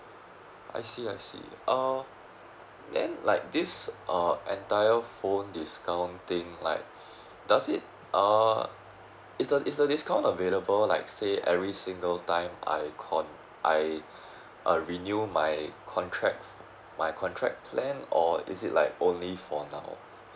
I see I see uh then like this uh entire phone discount thing like does it uh is the is the discount available like say every single time I con~ I err renew my contract my contract plan or is it like only for now